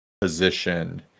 Position